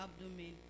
abdomen